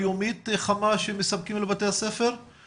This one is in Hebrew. משרד החינוך אמור לממן.